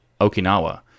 Okinawa